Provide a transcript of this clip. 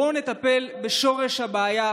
בואו נטפל בשורש הבעיה.